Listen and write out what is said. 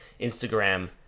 Instagram